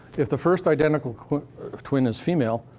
if the first identical kind of twin is female,